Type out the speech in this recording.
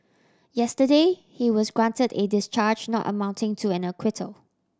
yesterday he was granted a discharge not amounting to an acquittal